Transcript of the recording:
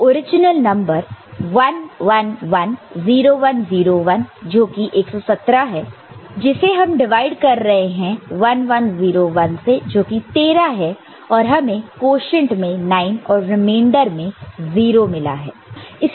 तो original number 1 1 1 0 1 0 1 जो कि 117 है जिसे हम डिवाइड कर रहे हैं 1 1 0 1 से जो कि 13 है और हमें क्वोशन्ट में 9 और रिमाइंडर में 0 मिला है